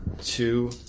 two